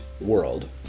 world